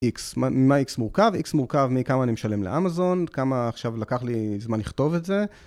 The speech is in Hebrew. x, מה x מורכב? x מורכב מכמה אני משלם לאמזון, כמה, עכשיו לקח לי זמן לכתוב את זה.